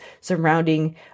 surrounding